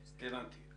הבנתי.